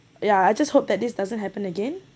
ya I just hope that this doesn't happen again